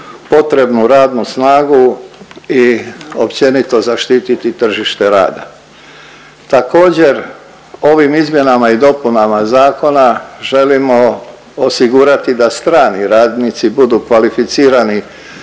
potrebnu radnu snagu i općenito zaštiti tržište rada. Također ovim izmjenama i dopunama zakona želimo osigurati da strani radnici budu kvalificirani